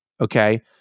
Okay